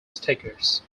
stickers